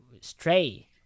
stray